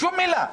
שום מילה.